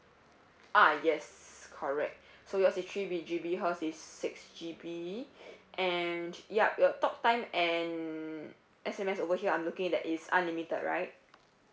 uh yes correct so yours is three B G_B hers is six G_B and yup your talk time and S_M_S over here I'm looking that is unlimited right